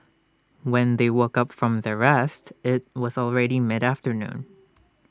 when they woke up from their rest IT was already mid afternoon